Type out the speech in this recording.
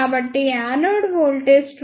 కాబట్టి anode voltage 21